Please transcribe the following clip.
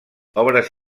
obres